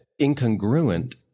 incongruent